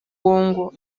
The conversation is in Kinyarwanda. bongo